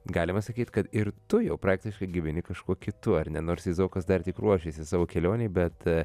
galima sakyt kad ir tu jau praktiškai gyveni kažkuo kitu ar ne nors izaokas dar tik ruošiasi savo kelionei bet